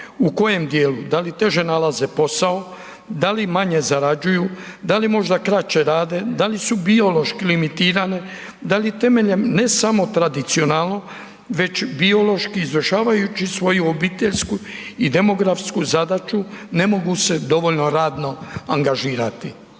u kojem djelu, da li teže nalaze posao, da li manje zarađuju, da li možda kraće rade, da li su biološki limitirane, da li temeljem ne samo tradicionalno već biološki izvršavajući svoju obiteljsku i demografsku zadaću ne mogu se dovoljno radno angažirati?